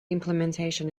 implementation